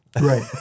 Right